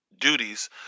duties